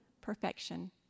Perfection